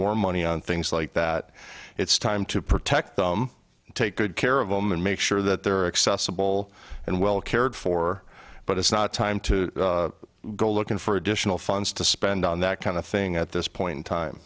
more money on things like that it's time to protect them take good care of them and make sure that they're accessible and well cared for but it's not time to go looking for additional funds to spend on that kind of thing at this point in time